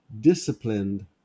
disciplined